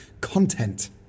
content